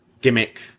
gimmick